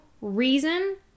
reason